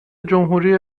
جمهوری